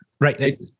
Right